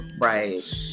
right